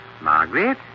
Margaret